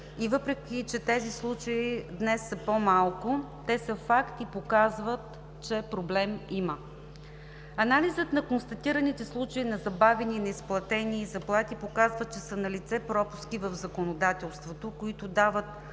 въпреки че тези случаи днес са по-малко, те са факт и показват, че проблем има. Анализът на констатираните случаи на забавени или неизплатени заплати показва, че са налице пропуски в законодателството, които дават